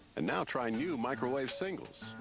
and now try new microwave singles.